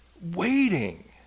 waiting